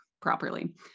properly